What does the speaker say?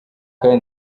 kandi